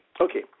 Okay